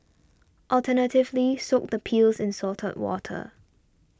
alternatively soak the peels in salted water